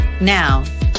Now